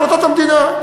החלטת המדינה.